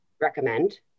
recommend